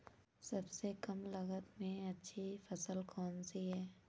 सबसे कम लागत में अच्छी फसल कौन सी है?